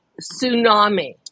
tsunami